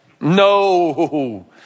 No